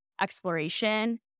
exploration